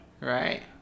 Right